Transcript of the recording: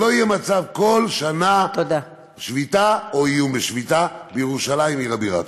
שלא יהיה מצב שכל שנה יש שביתה או איום בשביתה בירושלים עיר הבירה.